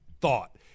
thought